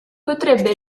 potrebbe